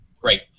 Great